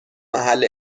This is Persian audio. محل